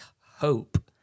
hope